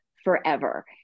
forever